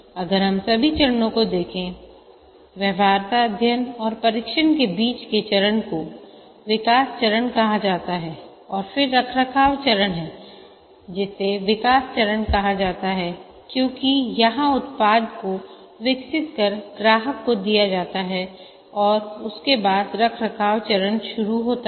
अगर हम सभी चरणों को देखेंव्यवहार्यता अध्ययन और परीक्षण के बीच के चरण को विकास चरण कहा जाता है और फिर रखरखाव चरण है जिसे विकास चरण कहा जाता है क्योंकि यहाँ उत्पाद को विकसित कर ग्राहक को दिया जाता है और उसके बाद रखरखाव चरण शुरू होता है